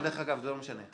ודרך אגב, זה לא משנה.